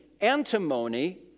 Antimony